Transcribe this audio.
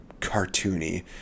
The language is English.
cartoony